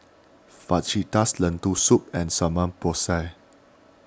Fajitas Lentil Soup and Samgeyopsal